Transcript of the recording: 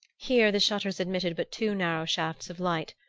here the shutters admitted but two narrow shafts of light,